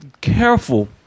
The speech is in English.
careful